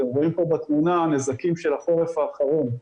אתם רואים פה בתמונה נזקים של החורף האחרון.